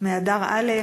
מאדר א',